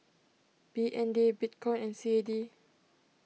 B N D Bitcoin and C A D